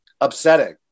upsetting